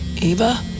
Eva